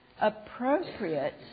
appropriate